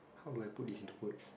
how do I put this into words